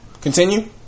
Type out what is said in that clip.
Continue